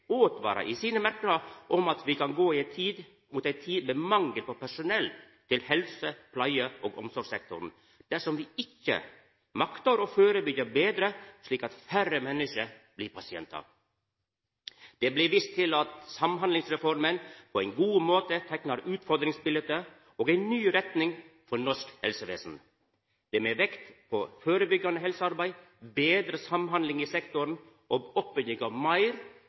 i sine merknader mot at me kan gå mot ei tid med mangel på personell i helse-, pleie- og omsorgssektoren dersom me ikkje maktar å førebyggja betre, slik at færre menneske blir pasientar. Det blir vist til at Samhandlingsreforma på ein god måte teiknar eit utfordringsbilete og ei ny retning for norsk helsevesen, med vekt på førebyggjande helsearbeid, betre samhandling i sektoren og oppbygging av